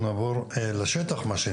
נעבור לשטח.